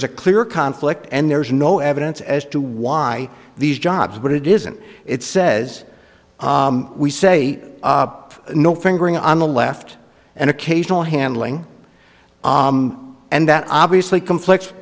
's a clear conflict and there's no evidence as to why these jobs but it isn't it says we say no fingering on the left and occasional handling and that obviously complex